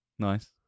Nice